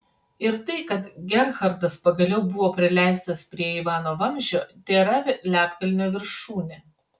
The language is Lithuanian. ir tai kad gerhardas pagaliau buvo prileistas prie ivano vamzdžio tėra ledkalnio viršūnė